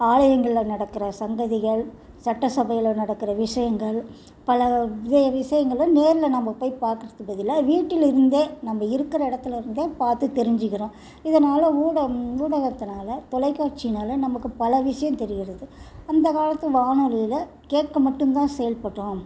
ஆலயங்களில் நடக்கிற சந்ததிகள் சட்ட சபையில் நடக்கிற விஷயங்கள் பல இது விஷயங்களும் நேரில் நம்ம போய் பார்க்குறதுக்கு பதிலாக வீட்டில் இருந்தே நம்ம இருக்கிற இடத்துல இருந்தே பார்த்து தெரிஞ்சுக்கிறோம் இதனால ஊட ஊடகத்துனால் தொலைக்காட்சியினால் நமக்கு பல விஷயம் தெரிகிறது அந்த காலத்து வானொலியில் கேட்க மட்டும்தான் செயல்பட்டோம்